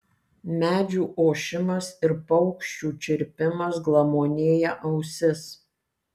medžių ošimas ir paukščių čirpimas glamonėja ausis